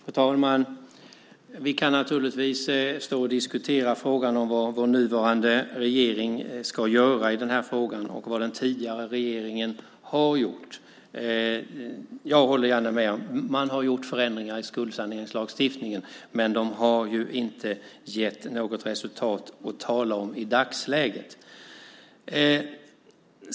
Fru talman! Vi kan naturligtvis stå och diskutera vad vår nuvarande regering ska göra i den här frågan och vad den tidigare regeringen har gjort. Jag håller gärna med. Man har gjort förändringar i skuldsaneringslagstiftningen, men de har ju inte gett något resultat att tala om i dagsläget.